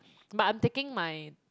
but I'm taking my